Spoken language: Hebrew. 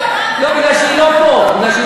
בגלל שהיא לא פה.